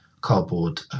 cardboard